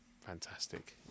Fantastic